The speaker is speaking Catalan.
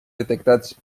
detectats